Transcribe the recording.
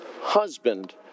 husband